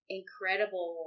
incredible